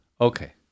Okay